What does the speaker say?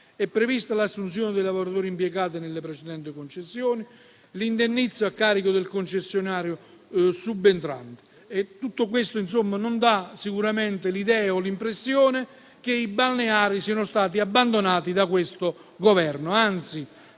È prevista l'assunzione dei lavoratori impiegati nelle precedenti concessioni e l'indennizzo a carico del concessionario subentrante. Tutto questo, insomma, non dà sicuramente l'idea o l'impressione che i balneari siano stati abbandonati da questo Governo. Anzi,